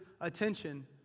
attention